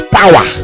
power